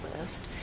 list